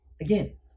again